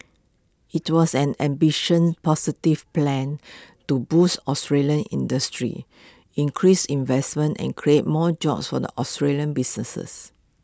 IT was an ambition positive plan to boost Australian industry increase investment and create more jobs for the Australian businesses